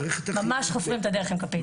ממש חופרים את הדרך עם כפית.